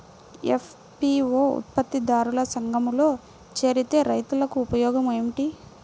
FPO ఉత్పత్తి దారుల సంఘములో చేరితే రైతులకు ఉపయోగము ఏమిటి?